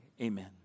amen